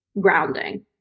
grounding